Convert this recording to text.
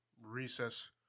recess